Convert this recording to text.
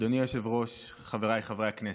אדוני היושב-ראש, חבריי חברי הכנסת,